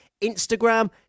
Instagram